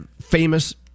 famous